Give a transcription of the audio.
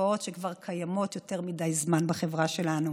תופעות שכבר קיימות יותר מדי זמן בחברה שלנו.